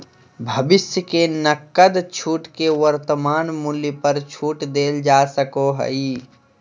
भविष्य के नकद छूट के वर्तमान मूल्य पर छूट देल जा सको हइ